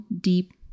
deep